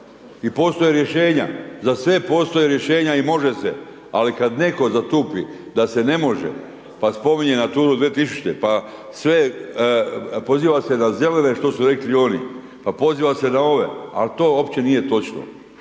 I postoje rješenja, za sve postoje rješenja i može se, ali kad neko zatupi da se ne može, pa spominje Naturu 2000. pa sve poziva se na zelene što su rekli oni, pa poziva se na ove, al to opće nije točno,